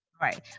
Right